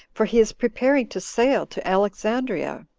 for he is preparing to sail to alexandria,